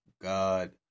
God